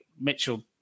Mitchell